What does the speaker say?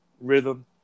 rhythm